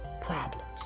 problems